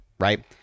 Right